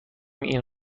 این